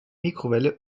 mikrowelle